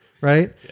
right